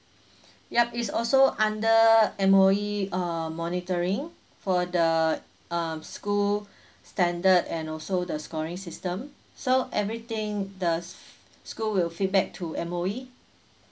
yup it's also under M_O_E uh monitoring for the um school standard and also the scoring system so everything the school will feedback to M_O_E